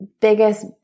biggest